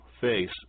face